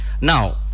Now